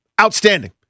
Outstanding